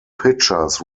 pitchers